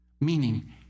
Meaning